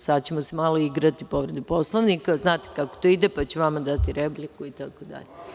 Sada ćemo se malo igrati povrede Poslovnika, znate kako to ide, pa ću vama dati repliku i tako dalje.